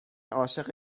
عاشق